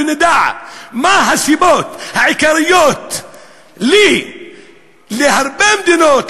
ונדע מה הסיבות העיקריות לכך שהרבה מדינות,